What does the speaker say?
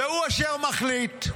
והוא אשר מחליט.